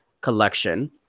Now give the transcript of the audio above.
collection